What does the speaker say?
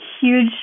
huge